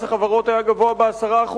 מס החברות היה גבוה ב-10%.